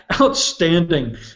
Outstanding